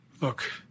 Look